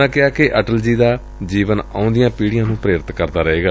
ਉਨ੍ਹਾਂ ਕਿਹਾ ਕਿ ਅਟਲ ਜੀ ਦਾ ਜੀਵਨ ਆਉਂਦੀਆਂ ਪੀੜ੍ਹੀਆਂ ਨ੍ਹੰ ਪ੍ਰੇਰਿਤ ਕਰਦਾ ਰਹੇਗਾ